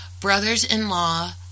brothers-in-law